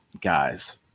guys